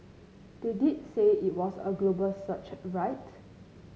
they did say it was a global search right